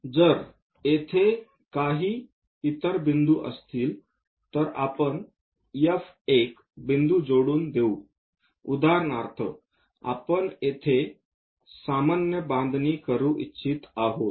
जर येथे काही इतर बिंदू असतील तर आपण F1 बिंदू जोडून देऊ उदाहरणार्थ आपण तेथे सामान्य रेषा बनवू इच्छित आहोत